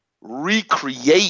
recreate